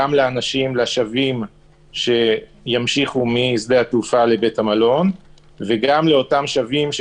גם לשבים שימשיכו משדה התעופה לבית המלון וגם לשבים האחרים,